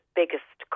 biggest